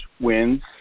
wins